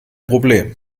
problem